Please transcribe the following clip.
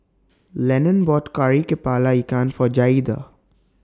Lennon bought Kari Kepala Ikan For Jaeda